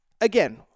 again